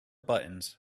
buttons